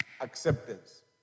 acceptance